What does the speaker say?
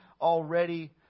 already